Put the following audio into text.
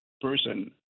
person